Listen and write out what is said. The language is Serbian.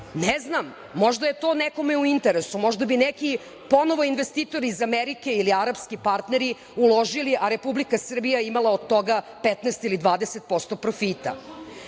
Ne znam, možda je to nekom u interesu, možda bi neki ponovo investitori iz Amerike ili arapski partneri uložili a Republika Srbija imala od toga 15 ili 20%